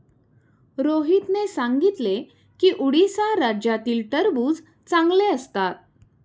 रोहितने सांगितले की उडीसा राज्यातील टरबूज चांगले असतात